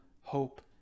hope